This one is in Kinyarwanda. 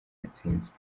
yatsinzwe